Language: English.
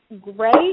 great